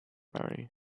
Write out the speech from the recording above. marry